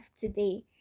today